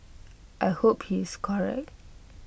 I hope he is correct